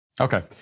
Okay